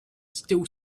still